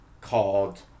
called